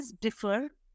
differ